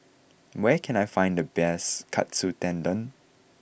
where can I find the best Katsu Tendon